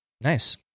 Nice